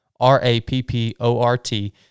R-A-P-P-O-R-T